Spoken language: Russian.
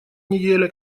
неделя